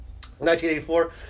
1984